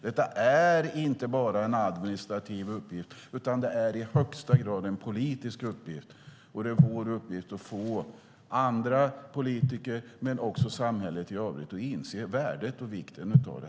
Detta är inte bara en administrativ uppgift utan i högsta grad en politisk uppgift, och det är vår uppgift att få andra politiker men också samhället i övrigt att inse värdet och vikten av det.